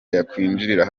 yakwinjira